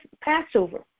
Passover